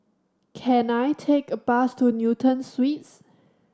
can I take a bus to Newton Suites